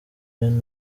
ben